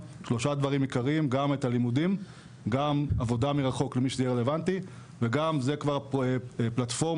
כרגע, בירוחם, ערד ומצפה רמון, וגם אופציה לתושבים